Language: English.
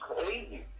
crazy